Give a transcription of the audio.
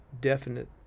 definite –